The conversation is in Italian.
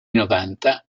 novanta